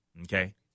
Okay